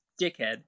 dickhead